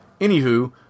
Anywho